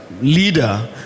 leader